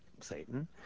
Satan